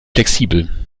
flexibel